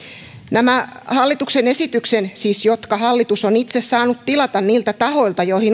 nämä hallituksen esitykset siis jotka hallitus on itse saanut tilata niiltä tahoilta joihin